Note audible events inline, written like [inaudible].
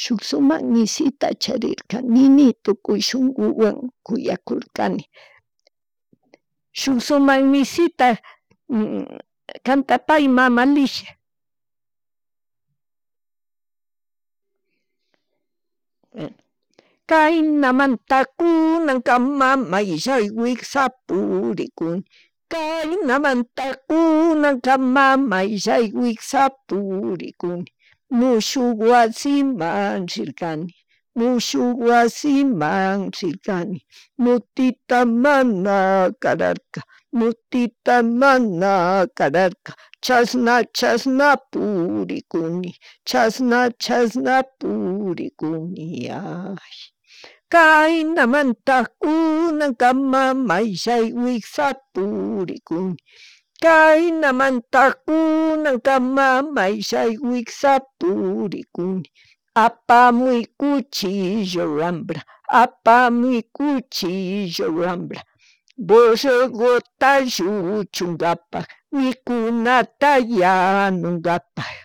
Shuk shumak mishita charirkanimi tukuy shunkuwan kuyakurkani. [noise] Shuk sumak mishita cantapay mama Ligia. Bueno kaynamanta Kunamanta mayllay wiksha purikun, kaynamanta kunankaman maylla wiksay purikunni mushuk wasiman rirkani, mushuk wasiman rirkani mushuk wasiman rirkani, [noise] moteta mana kararka, mutita mana kararka [noise] chashna, chashna purikuni, chashna chashna purikuni ña. Kaynamanta kunankama maylla wikshay purikuni, [noise] kaynamanta kunankama mayllay wiksha purikuni, apamuy kuchillo wambra, apamuy kuchillo wambra, [noise] borregota lluchungapak mikunata yanungapak